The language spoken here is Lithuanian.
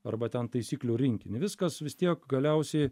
arba ten taisyklių rinkinį viskas vis tiek galiausiai